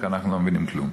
כי אנחנו לא מבינים כלום.